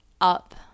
up